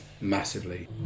massively